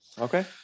Okay